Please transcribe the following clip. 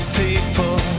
people